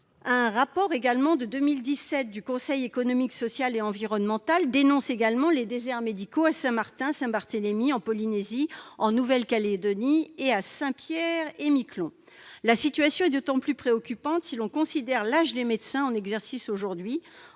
rapport établi toujours en 2017 par le Conseil économique, social et environnemental, le CESE, dénonce également les déserts médicaux à Saint-Martin, à Saint-Barthélemy, en Polynésie, en Nouvelle-Calédonie et à Saint-Pierre-et-Miquelon. La situation est encore plus préoccupante si l'on considère l'âge des médecins en exercice aujourd'hui.